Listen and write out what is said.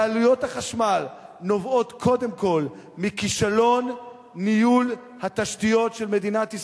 כי עלויות החשמל נובעות קודם כול מכישלון ניהול התשתיות של מדינת ישראל,